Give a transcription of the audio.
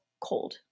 cold